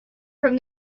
from